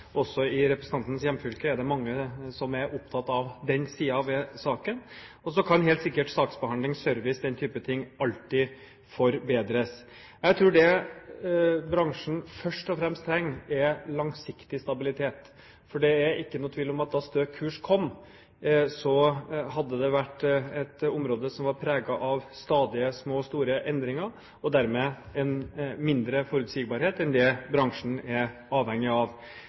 i representantens hjemfylke er det mange som er opptatt av den siden av saken. Så kan helt sikkert saksbehandling, service og den typen ting alltid forbedres. Jeg tror det bransjen først og fremst trenger, er langsiktig stabilitet. Det er ingen tvil om at da «Stø kurs» kom, hadde det vært et område som var preget av stadige, små og store endringer og dermed en mindre forutsigbarhet enn det bransjen er avhengig av. Den rød-grønne regjeringen har sittet i fem år, vi har hatt en reform av